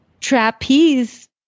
trapeze